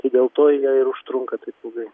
tai dėl to jie ir užtrunka taip ilgai